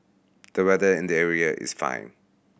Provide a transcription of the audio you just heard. the weather in the area is fine